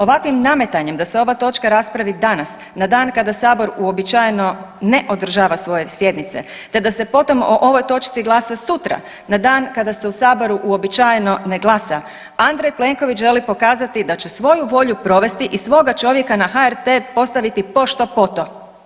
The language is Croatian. Ovakvim nametanjem da se ova točka raspravi danas na dan kada sabor uobičajeno ne održava svoje sjednice te da se o ovoj točci glasa sutra na dan kada se u saboru uobičajeno ne glasa, Andrej Plenković želi pokazati da će svoju volju provesti i svoga čovjeka na HRT postaviti pošto po to.